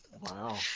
Wow